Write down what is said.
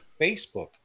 facebook